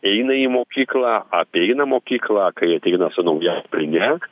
eina į mokyklą apeina mokyklą kai ateina su nauja kuprine